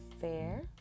fair